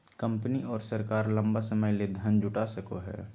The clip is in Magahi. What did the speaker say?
कंपनी और सरकार लंबा समय ले धन जुटा सको हइ